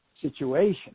situation